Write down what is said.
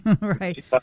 Right